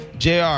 JR